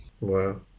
wow